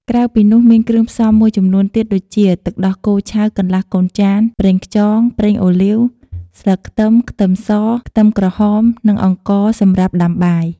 ក្រៅពីនោះមានគ្រឿងផ្សំមួយចំនួនទៀតដូចជា ទឹកដោះគោឆៅកន្លះកូនចាន ប្រេងខ្យង ប្រេងអូលីវ ស្លឹកខ្ទឹម ខ្ទឹមស ខ្ទឹមក្រហម និងអង្ករសម្រាប់ដាំបាយ។